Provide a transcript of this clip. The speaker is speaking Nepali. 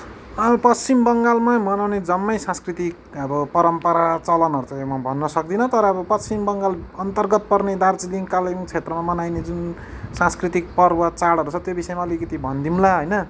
अल पश्चिम बङ्गालमा मनाउने जम्मै सांस्कृतिक अब परम्परा चलनहरू त म भन्न सक्दिनँ तर अब पश्चिम बङ्गालअन्तर्गत पर्ने दार्जिलिङ कालेबुङ क्षेत्रमा मनाइने जुन सांस्कृतिक पर्व चाडहरू छ त्यो विषयमा अलिकति भनिदिउँला होइन